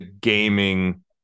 gaming